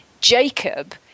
Jacob